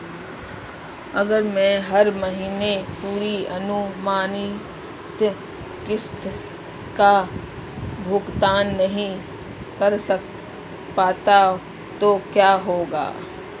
अगर मैं हर महीने पूरी अनुमानित किश्त का भुगतान नहीं कर पाता तो क्या होगा?